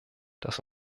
dass